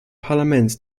parlaments